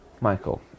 Michael